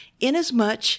Inasmuch